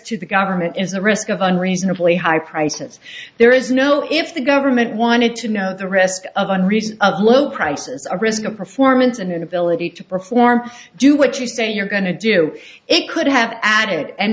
to the government is the risk of unreasonably high prices there is no if the government wanted to know the rest of andris of low prices of risk and performance and inability to perform do what you say you're going to do it could have added and